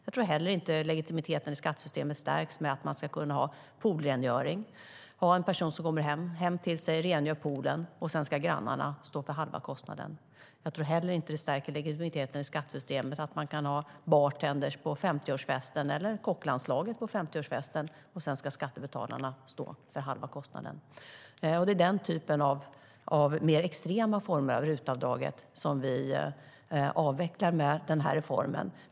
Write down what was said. Jag tror heller inte att legitimiteten i skattesystemet stärks i och med att man ska kunna ha en person som kommer hem och rengör poolen och att grannarna sedan ska stå för halva kostnaden. Jag tror heller inte att det stärker legitimiteten i skattesystemet att man kan ha bartendrar eller kocklandslaget på 50-årsfesten och att skattebetalarna sedan ska stå för halva kostnaden. Det är den typen av mer extrema former av RUT-avdraget som vi avvecklar med den här reformen.